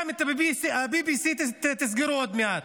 גם את ה-BBC תסגרו עוד מעט.